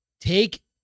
take